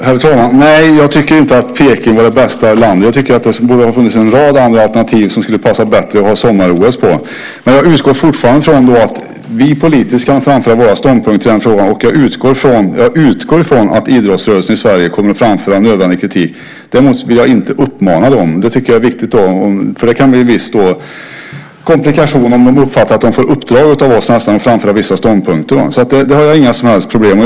Herr talman! Nej, jag tycker inte att Beijing var det bästa valet. Jag tycker att det borde ha funnits en rad andra alternativ där det skulle ha passat bättre att ha ett sommar-OS. Dock utgår jag fortfarande från att vi politiskt kan framföra våra ståndpunkter i den frågan. Jag utgår också från att idrottsrörelsen i Sverige kommer att framföra nödvändig kritik. Däremot vill jag inte uppmana dem. Det tycker jag är viktigt. Det kan uppstå viss komplikation om de uppfattar att de nästan får i uppdrag av oss att framföra vissa ståndpunkter. Detta har jag inga som helst problem med.